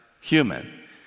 human